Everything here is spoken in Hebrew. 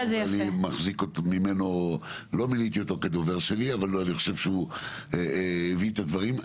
לא מיניתי אותו כדובר שלי אבל אני חושב שהוא הביא את הדברים.